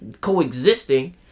coexisting